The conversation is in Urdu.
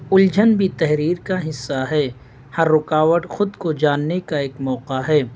الجھن بھی تحریر کا حصہ ہے ہر رکاوٹ خود کو جاننے کا ایک موقع ہے